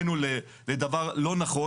לדעתנו לדבר לא נכון